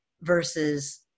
versus